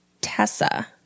Tessa